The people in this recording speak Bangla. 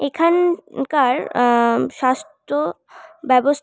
এখানকার স্বাস্থ্যব্যবস্থায়